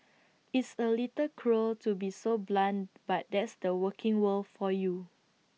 it's A little cruel to be so blunt but that's the working world for you